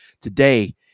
Today